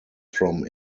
from